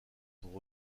pour